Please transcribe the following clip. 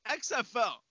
XFL